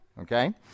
Okay